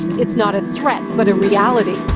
it's not a threat, but a reality.